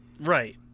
Right